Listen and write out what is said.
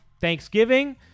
Thanksgiving